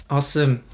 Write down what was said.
Awesome